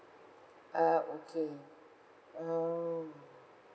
uh okay mm